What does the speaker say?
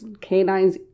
canines